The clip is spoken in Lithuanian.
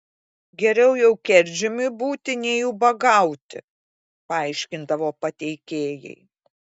geriau jau kerdžiumi būti nei ubagauti paaiškindavo pateikėjai